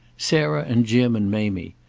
sarah and jim and mamie.